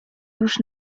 już